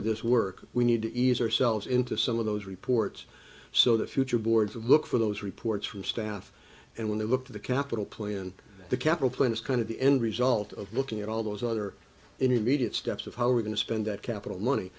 of this work we need to ease ourselves into some of those reports so that future boards would look for those reports from staff and when they look to the capital plan the capital plan is kind of the end result of looking at all those other interviewed at steps of how we're going to spend that capital money